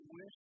wish